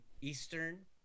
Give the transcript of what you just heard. Eastern